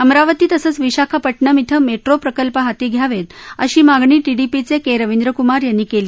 अमरावती तसंच विशाखापट्टणम इथं मेट्रो प्रकल्प हाती घ्यावेत अशी मागणी टीडीपीचे के रविंद्रक्मार यांनी केली